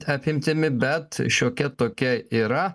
apimtimi bet šiokia tokia yra